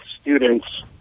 students